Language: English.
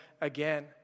again